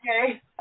Okay